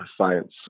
science